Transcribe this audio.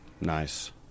Nice